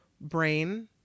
brain